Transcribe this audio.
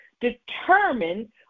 determine